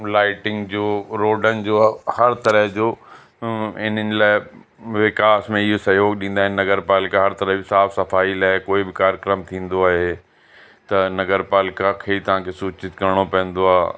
lighting जो रोडनि जो हर तरह जो इन्हनि लाइ विकास में इहो सहयोग ॾींदा आहिनि नगर पालिका हर तरह जी साफ़ सफ़ाई लाइ कोई बि कार्यक्रम थींदो आहे त नगर पालिका खे ई तव्हांखे सूचित करिणो पवंदो आहे